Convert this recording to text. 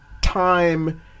time